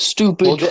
Stupid